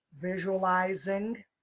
visualizing